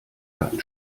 keinen